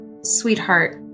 sweetheart